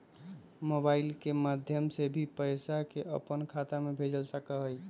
mobile के माध्यम से भी पैसा के अपन खाता में भेजल जा सका हई